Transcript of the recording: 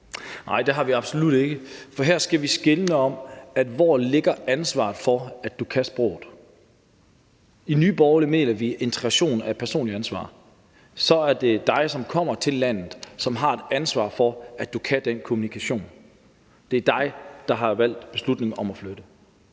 Nej, det har vi absolut ikke. For her skal vi skelne i forhold til, hvor ansvaret for, at du kan sproget, ligger. I Nye Borgerlige mener vi, at integration er et personligt ansvar. Så er det dig, der kommer til landet, som har et ansvar for, at du kan den kommunikation; det er dig, der har truffet beslutningen om at flytte.